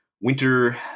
winter